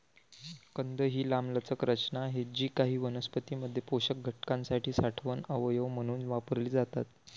कंद ही लांबलचक रचना आहेत जी काही वनस्पतीं मध्ये पोषक घटकांसाठी साठवण अवयव म्हणून वापरली जातात